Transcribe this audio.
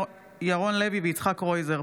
ירון לוי ויצחק קרויזר,